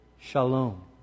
shalom